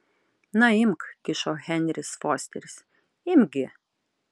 na imk kišo henris fosteris imk gi